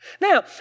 Now